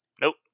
Nope